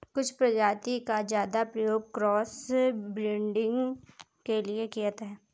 कुछ प्रजाति का ज्यादा प्रयोग क्रॉस ब्रीडिंग के लिए किया जाता है